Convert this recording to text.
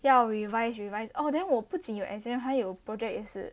要 revise revise oh then 我不仅有 exam 还有 project 也是